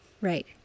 right